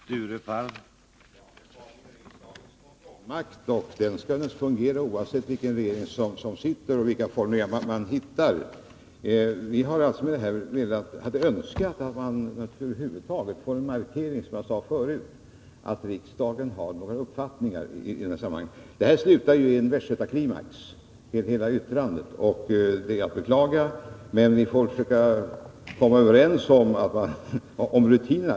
Herr talman! Nu har vi en riksdagens kontrollmakt, och den skall väl Personalresurserna fungera oavsett vilken regering som sitter eller vilka formuleringar man för kontrollen av hittar. Vi hade alltså önskat att riksdagen gjort en markering, som jag sade arbetsgivaravgifter förut, att riksdagen uttalat någon uppfattning i sammanhanget. Hela detta och källskatt yttrande slutar ju i en västgötaklimax, och det är att beklaga. Men vi får försöka komma överens om rutinerna.